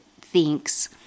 thinks